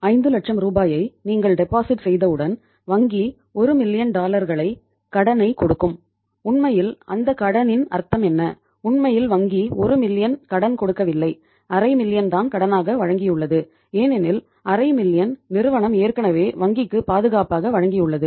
5 லட்சம் ரூபாயை நீங்கள் டெபாசிட் வங்கியால் வட்டி வசூலிக்கப்படுகிறது